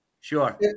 Sure